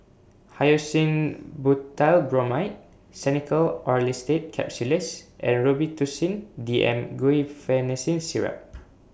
Hyoscine Butylbromide Xenical Orlistat Capsules and Robitussin D M Guaiphenesin Syrup